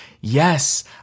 yes